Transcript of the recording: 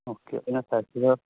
okay ꯑꯩꯅ size ꯈꯔ